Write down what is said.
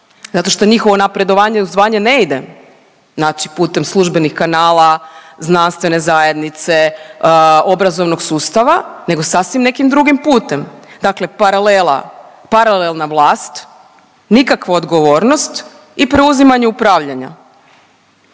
zato što njihovo napredovanje u zvanje ne ide znači putem službenih kanala, znanstvene zajednice, obrazovnog sustava nego sasvim nekim drugim putem. Dakle, paralela, paralelna vlast, nikakva odgovornost i preuzimanje upravljanja.